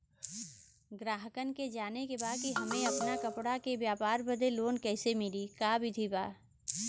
गराहक के जाने के बा कि हमे अपना कपड़ा के व्यापार बदे लोन कैसे मिली का विधि बा?